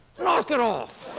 knock it off!